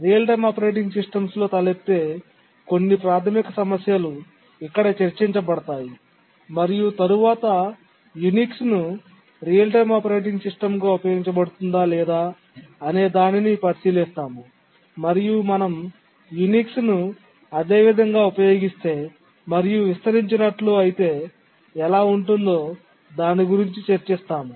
real time operating సిస్టమ్స్లో తలెత్తే కొన్ని ప్రాథమిక సమస్యలు ఇక్కడ చర్చించబడతాయి మరియు తరువాత యునిక్స్ను రియల్ టైమ్ ఆపరేటింగ్ సిస్టమ్గా ఉపయోగించబడుతుందా లేదా అనే దానిని పరిశీలిస్తాము మరియు మనం యునిక్స్ను ఉపయోగిస్తే మరియు అదేవిధంగా విస్తరించినట్లు అయితే ఎలా ఉంటుందో దాని గురించి చర్చిస్తాము